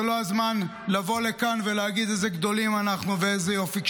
זה לא הזמן לבוא לכאן ולהגיד איזה גדולים אנחנו ואיזה יופי,